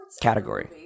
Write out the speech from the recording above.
category